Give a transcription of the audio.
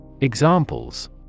Examples